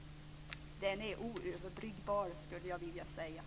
Jag skulle vilja säga att den är oöverbryggbar.